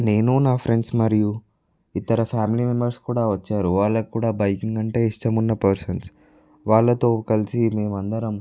నేను నాఫ్రెండ్స్ మరియు ఇతర ఫ్యామిలీ మెంబర్స్ కూడా వచ్చారు వాళ్లకు కూడా బైకింగ్ అంటే ఇష్టం ఉన్న పర్సన్స్ వాళ్ళతో కలిసి మేం అందరం